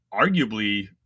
arguably